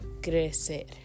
crecer